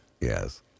Yes